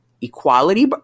equality